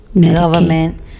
government